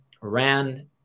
ran